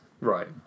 Right